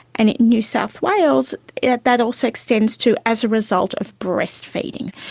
and in new south wales that also extends to as a result of breastfeeding.